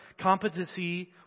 competency